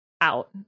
out